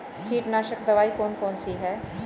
कीटनाशक दवाई कौन कौन सी हैं?